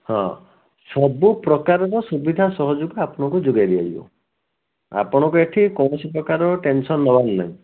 ହଁ ସବୁ ପ୍ରକାରର ସୁବିଧା ସହଯୋଗ ଆପଣଙ୍କୁ ଯୋଗାଇ ଦିଆଯିବ ଆପଣଙ୍କୁ ଏଠି କୌଣସି ପ୍ରକାରର ଟେନସନ୍ ନେବାର ନାହିଁ